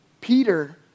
Peter